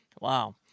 Wow